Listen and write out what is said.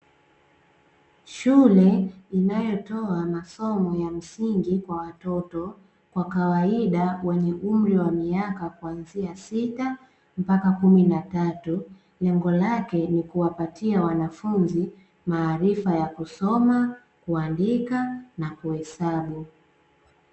Shule inayotoa masomo ya msingi kwa watoto wa kawaida wenye umri wa miaka kuanzia sita mpaka kumi na tatu, lengo lake ni kuwapatia wanafunzi maarifa ya kusoma, kuandika na kuhesabu.